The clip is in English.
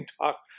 talk